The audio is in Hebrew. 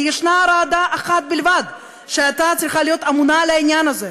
כי יש ועדה אחת בלבד שהייתה צריכה להיות אמונה על העניין הזה,